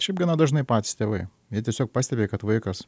šiaip gana dažnai patys tėvai jie tiesiog pastebi kad vaikas